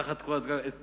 תחת קורת גג אחת,